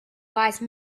wise